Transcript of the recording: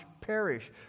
Perish